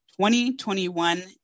2021